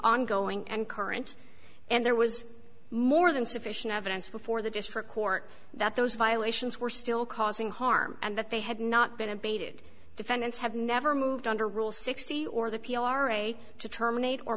ongoing and current and there was more than sufficient evidence before the district court that those violations were still causing harm and that they had not been abated defendants have never moved under rule sixty or the p r a to terminate